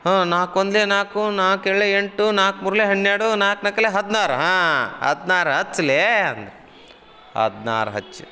ಹಾಂ ನಾಲ್ಕು ಒಂದ್ಲಿ ನಾಲ್ಕು ನಾಲ್ಕು ಎರಡ್ಲ ಎಂಟು ನಾಲ್ಕು ಮೂರ್ಲ್ಯ ಹನ್ನೆರಡು ನಾಲ್ಕು ನಾಕ್ಲಿ ಹದಿನಾರು ಹಾಂ ಹದಿನಾರು ಹಚ್ಲೆ ಅಂದ್ರು ಹದಿನಾರು ಹಚ್ಚಿದೆ